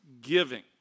giving